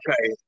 okay